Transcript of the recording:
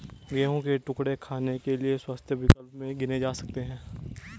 गेहूं के टुकड़े खाने के लिए स्वस्थ विकल्प में गिने जा सकते हैं